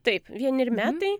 taip vieneri metai